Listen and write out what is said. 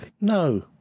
no